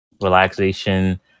relaxation